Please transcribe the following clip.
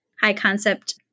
high-concept